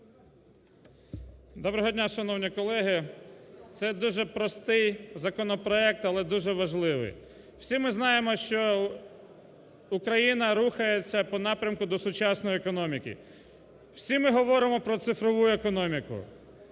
Доброго дня, шановні колеги! Це дуже простий законопроект, але дуже важливий. Всі ми знаємо, що Україна рухається по напрямку до сучасної економіки. Всі ми говоримо про цифрову економіку.